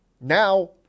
Now